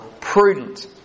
prudent